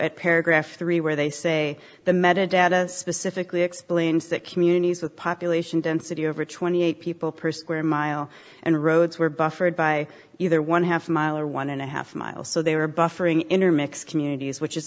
to paragraph three where they say the metadata specifically explains that communities with population density over twenty eight dollars people per square mile and roads were buffered by either one half mile or one and a half miles so they were buffering intermix communities which is